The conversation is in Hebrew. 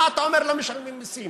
מה אתה אומר שהם לא משלמים מיסים?